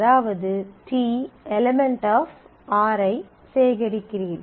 அதாவது t € r ஐ சேகரிக்கிறீர்கள்